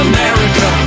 America